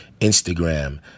Instagram